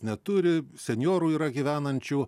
neturi senjorų yra gyvenančių